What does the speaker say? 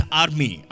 army